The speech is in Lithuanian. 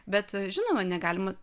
bet žinoma negalima